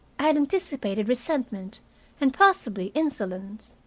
i had anticipated resentment and possibly insolence.